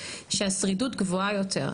שהשרידות גבוהה יותר.